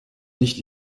nicht